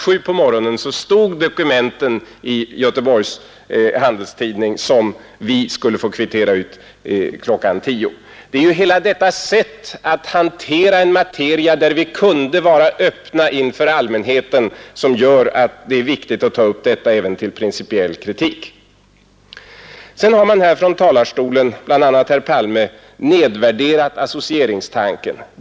7 stod de dokument som vi skulle få kvittera ut kl. 10 återgivna i en tidning. Det är hela detta sätt att hantera en materia, beträffande vilken vi kunde vara öppna mot allmänheten, som gör att det är viktigt att ta upp detta till principiell kritik. Vidare har bl.a. herr Palme från denna talarstol nedvärderat associeringstanken.